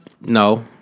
No